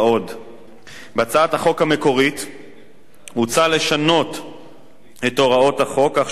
בהצעת החוק המקורית הוצע לשנות את הוראות החוק כך שמינוי חברי